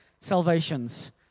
salvations